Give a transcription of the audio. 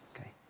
Okay